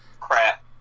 Crap